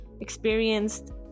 experienced